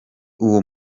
uwo